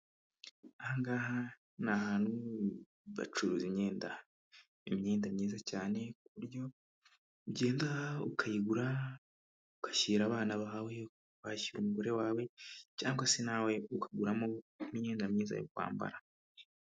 Ahangaha n'ahantugacuruza imyenda, imyenda myiza cyane ku buryo ugenda ukayigura ugashyira abana bahawe, washyira umugore wawe cyangwa se nawe ukaguramo imyenda myiza yo kwambara.